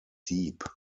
deep